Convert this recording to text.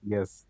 Yes